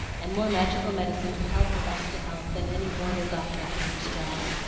and more magical medicine to help her back to health than any mortal doctor could prescribe.